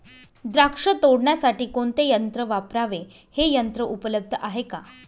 द्राक्ष तोडण्यासाठी कोणते यंत्र वापरावे? हे यंत्र उपलब्ध आहे का?